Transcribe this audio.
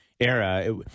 era